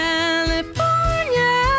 California